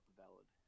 valid